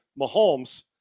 Mahomes